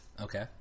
Okay